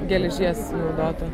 geležies naudota